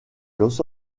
los